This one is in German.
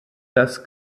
das